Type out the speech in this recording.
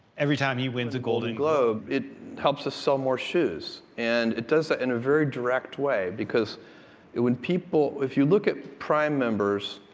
every time he wins a golden globe. it helps us sell more shoes. and it does that in a very direct way, because when people. if you look at prime members,